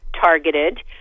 targeted